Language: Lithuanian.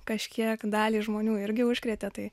kažkiek dalį žmonių irgi užkrėtė tai